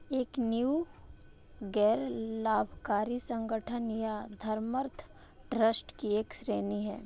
एक नींव गैर लाभकारी संगठन या धर्मार्थ ट्रस्ट की एक श्रेणी हैं